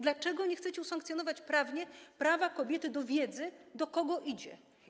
Dlaczego nie chcecie usankcjonować prawnie prawa kobiety do wiedzy, do kogo idzie?